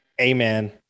Amen